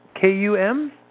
K-U-M